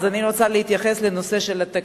אז אני רוצה להתייחס לנושא התקציב,